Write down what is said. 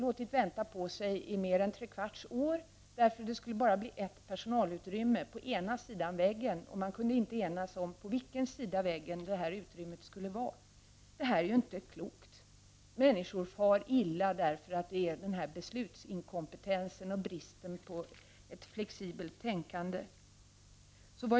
Men detta har dragit ut mer än trekvarts år på tiden på grund av att det skulle kunna skapas bara ett personalutrymme på ena sidan väggen, och man har inte kunnat enas om vilken sida av väggen detta personalutrymme skulle placeras. Detta är ju inte klokt. Människor far illa på grund av denna beslutsinkompetens och brist på flexibelt tänkande.